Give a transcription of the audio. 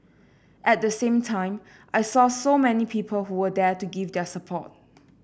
at the same time I saw so many people who were there to give their support